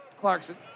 Clarkson